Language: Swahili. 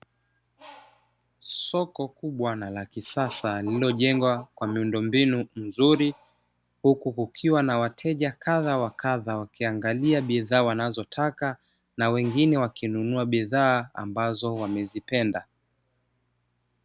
Soko kubwa na la kisasa lililojengwa kwa miundombinu mizuri, huku kukiwa na wateja kadha wa kadha wakiangalia bidhaa wanazotaka na wengine wakinunua bidhaa ambazo wamezipenda.